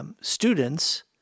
Students